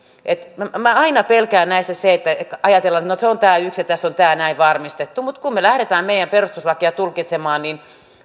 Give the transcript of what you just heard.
minä aina pelkään näissä sitä että ajatellaan että no se on tämä yksi ja tässä on tämä näin varmistettu mutta kun me lähdemme meidän perustuslakia tulkitsemaan niin